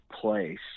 place